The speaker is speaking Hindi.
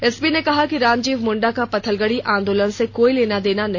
एसपी ने कहा कि रामजीव मुंडा का पत्थलगड़ी आंदोलन से कोई लेना देना नहीं